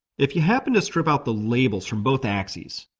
if you happened to strip out the labels from both axes,